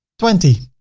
twenty.